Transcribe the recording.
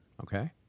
Okay